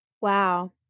Wow